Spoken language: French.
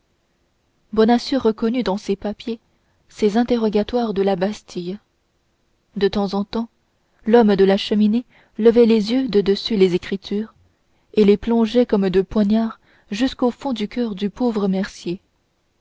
sortit bonacieux reconnut dans ces papiers ses interrogatoires de la bastille de temps en temps l'homme de la cheminée levait les yeux de dessus les écritures et les plongeait comme deux poignards jusqu'au fond du coeur du pauvre mercier